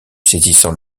saisissant